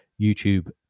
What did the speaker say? YouTube